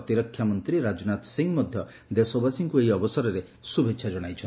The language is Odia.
ପ୍ରତିରକ୍ଷା ମନ୍ତୀ ରାଜନାଥ ସିଂହ ମଧ୍ଧ ଦେଶବାସୀଙ୍କୁ ଏହି ଅବସରରେ ଶୁଭେଛା ଜଣାଇଛନ୍ତି